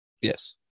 Yes